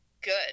Good